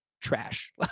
trash